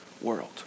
world